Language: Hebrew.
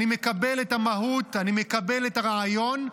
אני מקבל את המהות, אני מקבל את הרעיון.